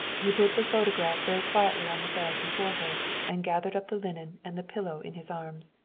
he put the photograph very quietly on the bed before her, and gathered up the linen and the pillow in his arms.